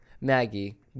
Maggie